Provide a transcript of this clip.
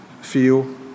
feel